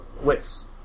wits